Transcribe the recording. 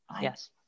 Yes